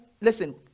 listen